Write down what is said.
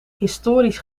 historisch